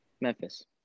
Memphis